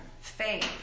faith